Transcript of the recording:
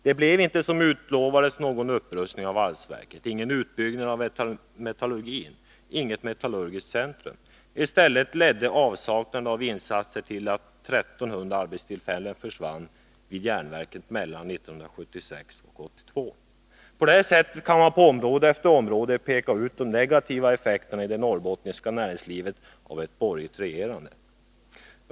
Det blev inte, som utlovades, någon upprustning av valsverket, ingen utbyggnad av metallurgin, inget metallurgiskt centrum. I stället ledde avsaknaden av insatser till att 1 300 arbetstillfällen försvann vid järnverket mellan 1976 och 1982. På det här sättet kan man på område efter område peka ut de negativa effekterna i det norrbottniska näringslivet av ett borgerligt regerande.